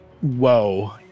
Whoa